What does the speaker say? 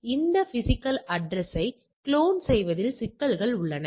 அந்த பிஸிக்கல் அட்ரஸ்யை குளோன் செய்வதில் சிக்கல்கள் உள்ளன